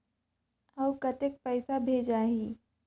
अउ कतेक पइसा भेजाही?